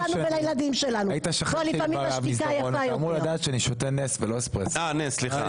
אופיר, אמרת את דבריך, אבל דבר אחד תבין --- יש